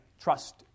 Trust